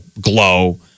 glow